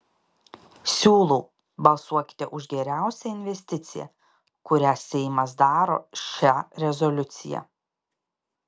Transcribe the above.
siūlau balsuokite už geriausią investiciją kurią seimas daro šia rezoliucija